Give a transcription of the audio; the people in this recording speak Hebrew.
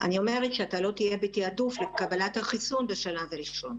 אני אומרת שאתה לא תהיה בתיעדוף לקבלת החיסון בשלב הראשון.